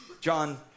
John